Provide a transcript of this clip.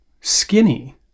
Skinny